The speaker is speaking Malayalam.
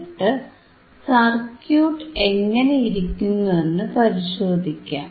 എന്നിട്ട് സർക്യൂട്ട് എങ്ങിനെയിരിക്കുമെന്നു പരിശോധിക്കാം